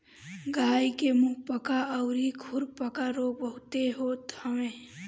गाई के मुंहपका अउरी खुरपका रोग बहुते होते हवे